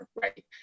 right